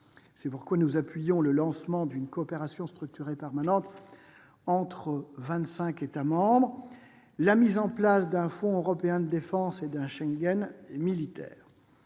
C'est pourquoi nous appuyons le lancement d'une coopération structurée permanente entre vingt-cinq États membres, la mise en place d'un « fonds européen de défense » et celle d'un « Schengen militaire